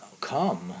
Come